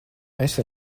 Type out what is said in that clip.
esi